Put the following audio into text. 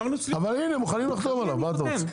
אבל הנה, הם מוכנים לחתום עליו, מה אתה רוצה?